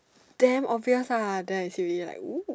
damn obvious lah then I see already like !woo!